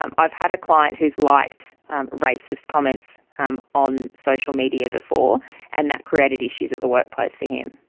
um i have had a client who has liked racist comments um on social media before and that created issues at the workplace for him.